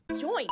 Join